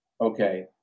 Okay